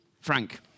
Frank